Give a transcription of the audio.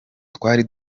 twari